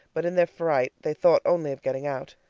but in their fright they thought only of getting out.